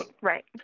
right